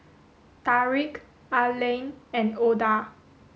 Tarik Aline and Oda